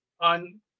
on